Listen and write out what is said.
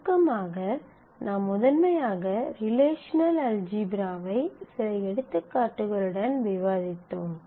சுருக்கமாக நாம் முதன்மையாக ரிலேஷனல் அல்ஜீப்ராவை சில எடுத்துக்காட்டுகளுடன் விவாதித்தோம்